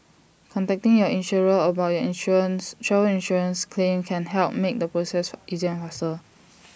contacting your insurer about your insurance travel insurance claim can help make the process easier and faster